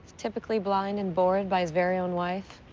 typically blind and bored by his very own wife,